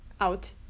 out